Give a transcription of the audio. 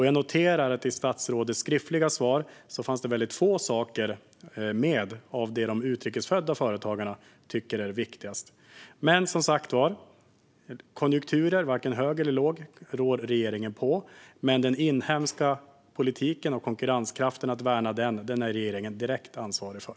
Jag noterar att det i statsrådets skriftliga svar fanns väldigt lite av det som de utrikes födda företagarna tycker är viktigast. Regeringen rår som sagt var inte på vare sig låg eller högkonjunkturer, men den inhemska politiken och att värna konkurrenskraften är regeringen direkt ansvarig för.